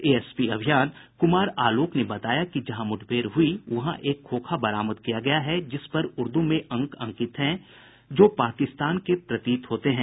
ASP Abhiyan Kumar Alok ने बताया कि जहां मुठभेड़ हुई वहां एक खोखा बरामद किया गया है जिसपर उर्द् में अंक अंकित है जो पाकिस्तान के प्रतीत होते हैं